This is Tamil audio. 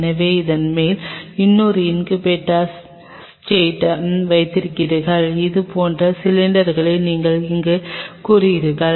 எனவே அதன் மேல் இன்னொரு இன்குபேட்டர் ஸ்டேட்டை வைத்திருக்கிறோம் இது போன்ற சிலிண்டர்களிடம் நீங்கள் இங்கு கூறியுள்ளீர்கள்